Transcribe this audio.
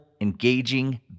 engaging